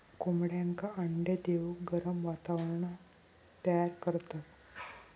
कोंबड्यांका अंडे देऊक गरम वातावरण तयार करतत